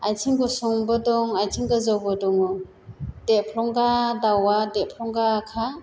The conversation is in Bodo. आथिं गुसुंबो दं आथिं गोजौबो दङ देरफ्रंगा दाउआ देरफ्रंगाखा